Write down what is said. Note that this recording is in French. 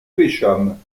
pêchâmes